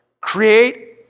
create